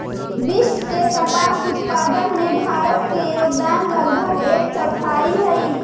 विश्व के कपास उत्पादन में भारत के योगदान लगभग एक चौथाई हइ